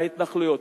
בהתנחלויות,